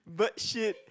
bird shit